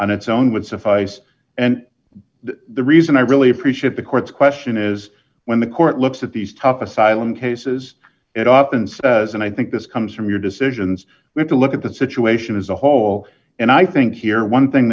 on its own would suffice and the reason i really appreciate the court's question is when the court looks at these tough asylum cases it up and says and i think this comes from your decisions when to look at the situation as a whole and i think here one thing